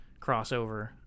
crossover